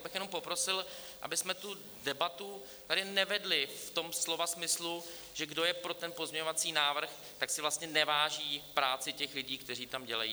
Tak já bych jenom poprosil, abychom tu debatu tady nevedli v tom slova smyslu, že kdo je pro ten pozměňovací návrh, tak si vlastně neváží práce těch lidí, kteří tam dělají.